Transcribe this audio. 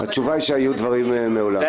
התשובה היא שהיו דברים מעולם.